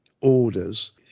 orders